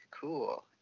cool